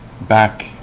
back